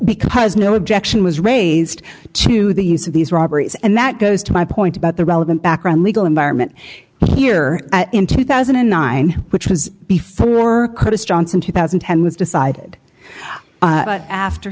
because no objection was raised to the use of these robberies and that goes to my point about the relevant background legal environment here in two thousand and nine which was before johnson two thousand and ten was decided after